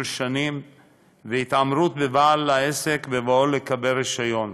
שנים והתעמרות בבעל העסק בבואו לקבל רישיון: